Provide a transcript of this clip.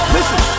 Listen